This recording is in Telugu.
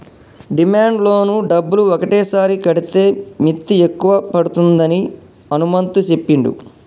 డిమాండ్ లోను డబ్బులు ఒకటేసారి కడితే మిత్తి ఎక్కువ పడుతుందని హనుమంతు చెప్పిండు